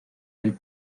del